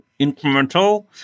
incremental